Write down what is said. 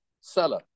seller